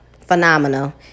phenomenal